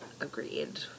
Agreed